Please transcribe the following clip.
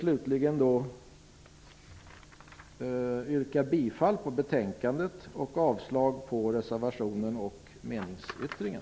Slutligen vill jag yrka bifall till hemställan i betänkandet och avslag på reservationen och meningsyttringen.